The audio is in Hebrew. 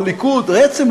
לליכוד: בעצם,